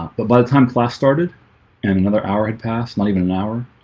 but by the time class started and another hour had passed not even an hour